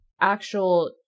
actual